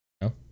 No